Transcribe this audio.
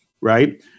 right